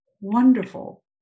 wonderful